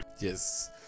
yes